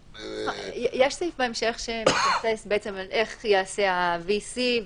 יש סעיף בהמשך שמתייחס לאופן שבו ייעשה ה-VC,